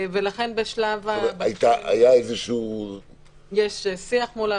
ולכן בשלב --- היה איזה --- יש שיח מולם.